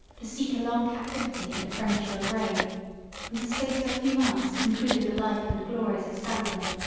to seek a long captivity and a premature grave and the space of a few months concluded the life and glories of saladin.